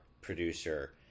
producer